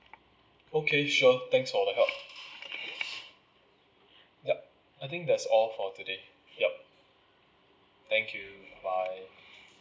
okay sure thanks for the help yup I think that's all for today yup thank you bye bye